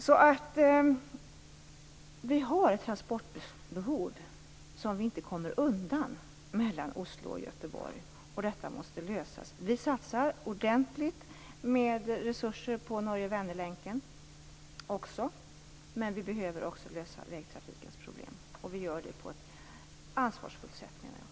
Vi har alltså ett transportbehov mellan Oslo och Göteborg som vi inte kommer undan, och detta måste lösas. Vi satsar ordentligt med resurser på Norge Vänernlänken, men vi behöver också lösa vägtrafikens problem. Jag menar att vi gör det på ett ansvarsfullt sätt.